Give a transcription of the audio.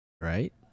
Right